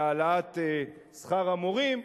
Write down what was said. והעלאת שכר המורים.